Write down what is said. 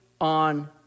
on